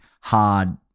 hard